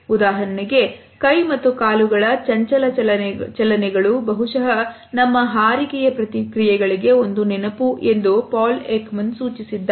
ಉದಾಹರಣೆಗೆ ಕೈ ಮತ್ತು ಕಾಲುಗಳ ಚಂಚಲ ಚಲನೆಗಳು ಬಹುಶಹ ನಮ್ಮ ಹಾರಿಕೆಯ ಪ್ರತಿಕ್ರಿಯೆಗಳಿಗೆ ಒಂದು ನೆನಪು ಎಂದು Paul Ekman ಸೂಚಿಸಿದ್ದಾರೆ